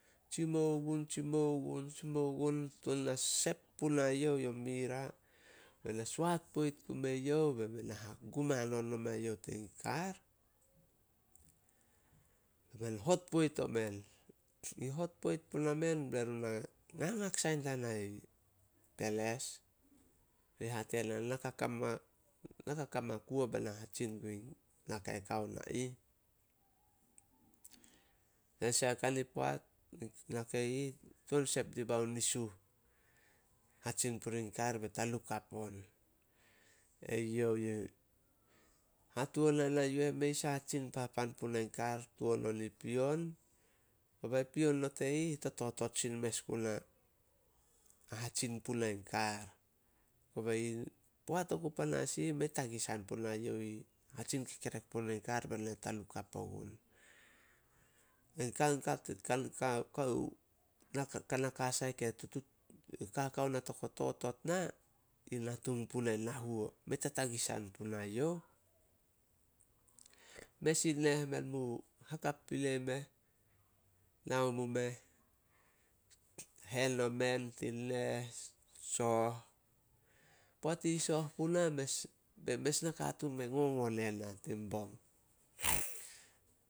Tsimou gun-tsi mougun-tsimou gun tuan sep punai youh yo mira, be na soat poit gume yuh be mene hagum hanon mai youh tin kar. Bai men hot poit omen. Na puna men, bai run na ngangak sai dai nai peles. Ri hate na ka kama- na ka kama kuo be na hatsin guin naka kao na ih. Tanasah, kani poat, nakai ih tuan sep dibao nisuh, hatsin purih in kar be tanukap on. Hatuan ana yu eh, mei sai tsin papan punai kar tuan on i pion. Kobe pion not e ih, tototot sin mes guna, hahatsin punai kar. Kobei poat oku panas i ih, mei tatagisan punai youh i, hatsin kekerek punai kar be na tanukap ogun. Kanaka sai ke kaka ona to totot na, natung punai na huo. Mei tatasisan punai youh. Mes in neh, men mu hakap pilei meh. Nao mu meh, hen omen tin neh, soh. Poat i soh puna, bei mes nakatuun me ngongo ne na tin bong.